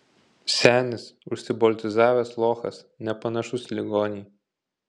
senis užsiboltizavęs lochas nepanašus į ligonį